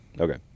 okay